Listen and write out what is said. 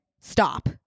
stop